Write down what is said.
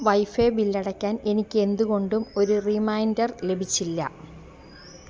wifi bill അടയ്ക്കാൻ എനിക്ക് എന്തുകൊണ്ട് ഒരു റിമൈൻഡർ ലഭിച്ചില്ല